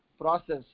process